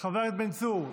בן צור.